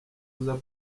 uza